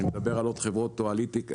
כשאני מדבר על עוד חברות טואלטיקה